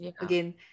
again